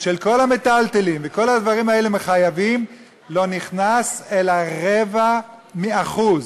של כל המיטלטלין וכל הדברים האלה מחייבים לא נכנס אלא רבע אחוז,